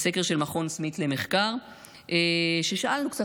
סקר של מכון סמית' למחקר שבו שאלנו קצת